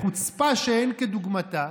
בחוצפה שאין כדוגמתה,